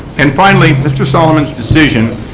and finally, mr. solomon's decision,